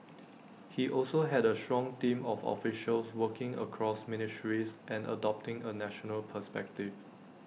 he also had A strong team of officials working across ministries and adopting A national perspective